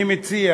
אני מציע